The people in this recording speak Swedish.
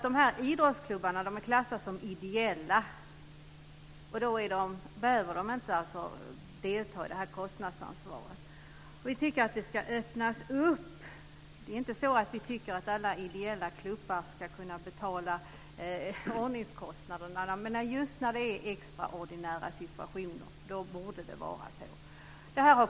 Dessa idrottsklubbar är klassade som ideella föreningar och behöver alltså inte delta i kostnadsansvaret. Vi tycker att detta är fel. I stället borde man öppna upp för andra möjligheter. Vi tycker inte att alla ideella klubbar ska betala ordningskostnader, men i extraordinära situationer borde det vara så.